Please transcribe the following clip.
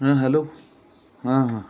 हां हॅलो हां हां